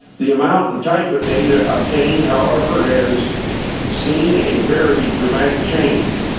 the amount and type of data obtained, however, has seen a very dramatic change.